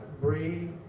Bree